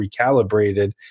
recalibrated